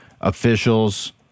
officials